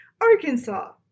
Arkansas